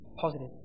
positive